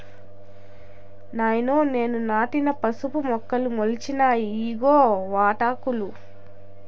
నాయనో నేను నాటిన పసుపు మొక్కలు మొలిచినాయి ఇయ్యిగో వాటాకులు